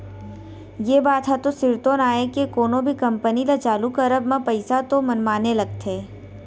ये बात ह तो सिरतोन आय के कोनो भी कंपनी ल चालू करब म पइसा तो मनमाने लगथे